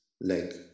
leg